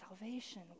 salvation